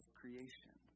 creation